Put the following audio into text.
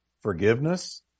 forgiveness